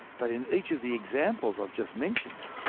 but in each of the examples i've just mentioned,